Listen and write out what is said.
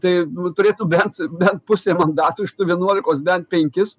tai nu turėtų bent bent pusę mandatų iš tų vienuolikos bent penkis